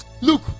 Look